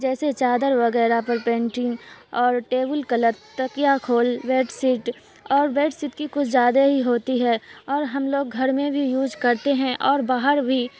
جیسے چادر وغیرہ پر پینٹنگ اور ٹیبل کلر تکیا کھول بیڈ شیٹ اور بیڈ شیٹ کی کچھ زیادہ ہی ہوتی ہے اور ہم لوگ گھر میں بھی یوز کرتے ہیں اور باہر بھی